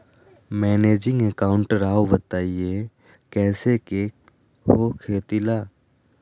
Managing account राव बताएं कैसे के हो खेती ला?